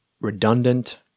redundant